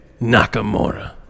Nakamura